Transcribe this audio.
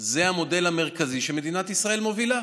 זה המודל המרכזי שמדינת ישראל מובילה.